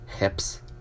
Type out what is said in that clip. hips